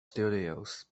studios